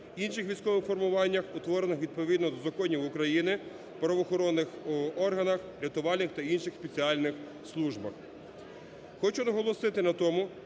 інших військових формуваннях, утворених відповідно до законів України, в правоохоронних органах, рятувальних та інших спеціальних службах.